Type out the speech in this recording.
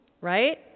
right